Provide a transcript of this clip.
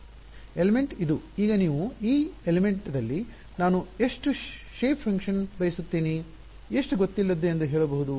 ಅಂಶ ಎಲಿಮೆಂಟ್ ಇದು ಈಗ ನೀವು ಈ ಅಂಶ ಎಲಿಮೆಂಟ್ ದಲ್ಲಿ ನಾನು ಎಷ್ಟು ಆಕಾರ ಕಾರ್ಯಗಳನ್ನು ಶೇಪ್ ಫಾಂಕ್ಷನ್ ಬಯಸುತ್ತೇನೆ ಎಷ್ಟು ಗೊತ್ತಿಲ್ಲದ್ದು ಎಂದು ಹೇಳಬಹುದು